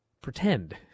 pretend